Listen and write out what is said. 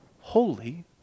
holy